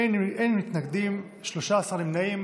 אין מתנגדים, 13 נמנעים.